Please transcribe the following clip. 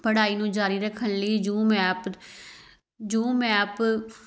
ਪੜ੍ਹਾਈ ਨੂੰ ਜਾਰੀ ਰੱਖਣ ਲਈ ਜੂਮ ਐਪ ਜੂਮ ਐਪ